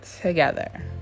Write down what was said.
together